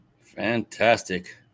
Fantastic